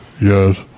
yes